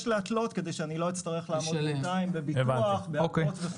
להתלות כדי שאני לא אצטרך לעמוד בפיקוח וכולי".